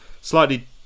slightly